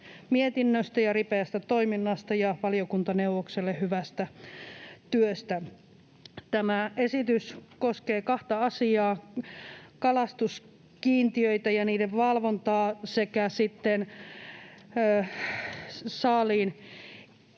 mietinnöstä ja ripeästä toiminnasta ja valiokuntaneuvokselle hyvästä työstä. Tämä esitys koskee kahta asiaa: kalastuskiintiöitä ja niiden valvontaa sekä sitten